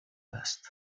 است